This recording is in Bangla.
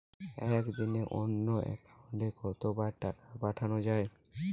একদিনে অন্য একাউন্টে কত বার টাকা পাঠানো য়ায়?